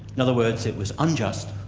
in other words it was unjust,